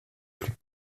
plus